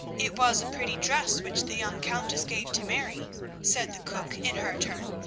it was a pretty dress which the young countess gave to mary said the cook in her turn,